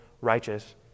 righteous